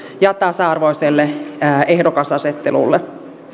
ja tasa arvoiselle ehdokasasettelulle